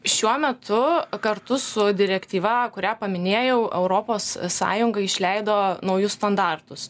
šiuo metu kartu su direktyva kurią paminėjau europos sąjunga išleido naujus standartus